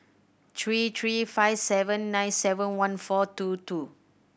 three three five seven nine seven one four two two